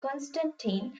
konstantin